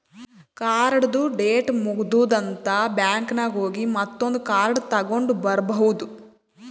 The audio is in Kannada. ಕಾರ್ಡ್ದು ಡೇಟ್ ಮುಗದೂದ್ ಅಂತ್ ಬ್ಯಾಂಕ್ ನಾಗ್ ಹೋಗಿ ಮತ್ತೊಂದ್ ಕಾರ್ಡ್ ತಗೊಂಡ್ ಬರ್ಬಹುದ್